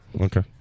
okay